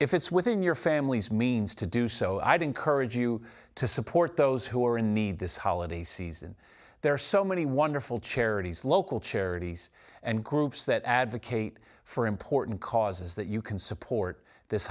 if it's within your family's means to do so i'd encourage you to support those who are in need this holiday season there are so many wonderful charities local charities and groups that advocate for important causes that you can support this